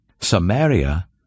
Samaria